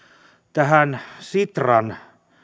sitran